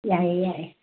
ꯌꯥꯏꯌꯦ ꯌꯥꯏꯌꯦ